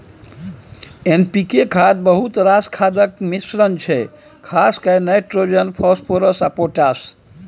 NPK खाद बहुत रास खादक मिश्रण छै खास कए नाइट्रोजन, फास्फोरस आ पोटाश